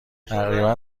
تقریبا